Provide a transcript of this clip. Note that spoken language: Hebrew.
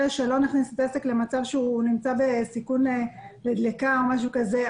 שנכניס את העסק למצב שהוא בסיכון לדליקה או משהו כזה,